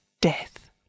Death